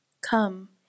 Come